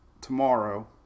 tomorrow